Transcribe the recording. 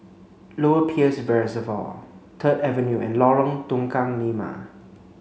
Lower Peirce Reservoir Third Avenue and Lorong Tukang Lima